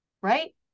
right